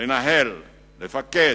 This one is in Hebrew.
לנהל, לפקד,